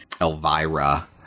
Elvira